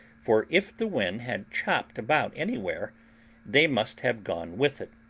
for if the wind had chopped about anywhere they must have gone with it.